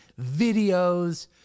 videos